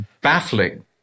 baffling